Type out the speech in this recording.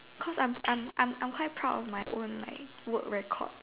cause I'm I'm I'm quite proud my own like work record